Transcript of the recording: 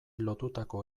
lotutako